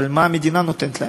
אבל מה המדינה נותנת להם?